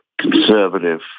conservative